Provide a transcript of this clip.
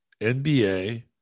NBA